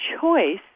choice